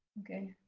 okay.